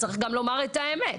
צריך גם לומר את האמת.